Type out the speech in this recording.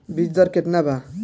बीज दर केतना बा?